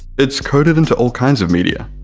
it's coded into all kinds of media,